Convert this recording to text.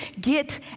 get